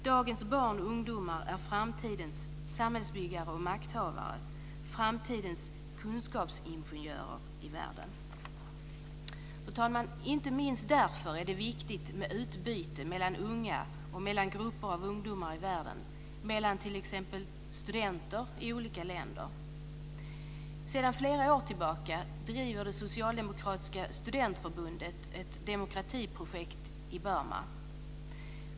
Dagens barn och ungdomar är framtidens samhällsbyggare och makthavare, framtidens kunskapsingenjörer i världen. Fru talman! Inte minst därför är det viktigt med utbyte mellan unga och mellan grupper av ungdomar i världen, mellan t.ex. studenter i olika länder. Sedan flera år tillbaka driver det socialdemokratiska studentförbundet ett demokratiprojekt i Burma.